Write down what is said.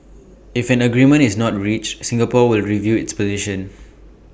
if an agreement is not reached Singapore will review its position